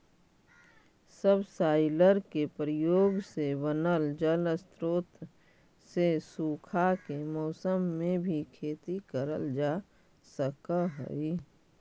subsoiler के प्रयोग से बनल जलस्रोत से सूखा के मौसम में भी खेती करल जा सकऽ हई